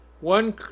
One